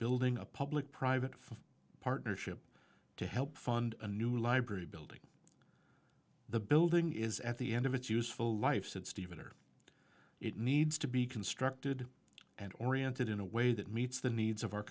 building a public private partnership to help fund a new library building the building is at the end of its useful life said stephen or it needs to be constructed and oriented in a way that meets the needs of our